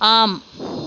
ஆம்